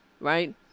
right